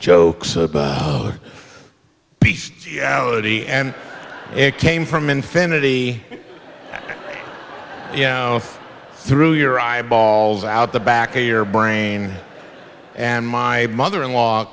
lodhi and it came from infinity you know through your eyeballs out the back of your brain and my mother in law